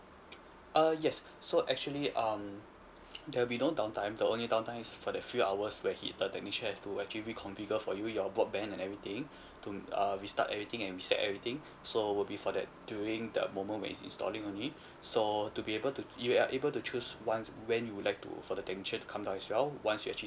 uh yes so actually um there'll be no down time the only down time is for the few hours where he the technician have to actually reconfigure for you your broadband and everything to uh restart everything and reset everything so would be for that during the moment when he is installing only so to be able to you are able to choose once when you would like to for the technician should come down as well once you actually